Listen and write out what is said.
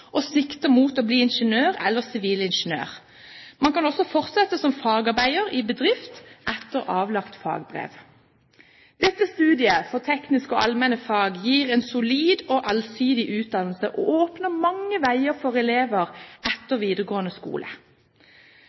og sikter mot å bli ingeniør eller sivilingeniør. Man kan også fortsette som fagarbeider i bedrift etter avlagt fagbrev. Dette studiet for tekniske og allmenne fag gir en solid og allsidig utdannelse, og åpner mange veier for elever etter videregående skole.